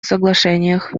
соглашениях